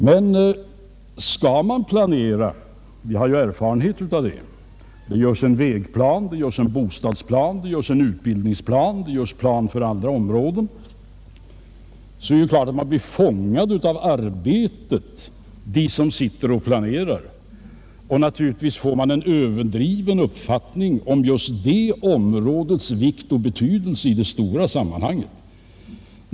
Men skall man planera — vi har ju erfarenhet av det, det görs en vägplan, en bostadsplan, en utbildningsplan och planer för andra områden — blir man naturligtvis fängslad av arbetet och får en överdriven uppfattning om just det områdets vikt och betydelse i det stora sammanhanget.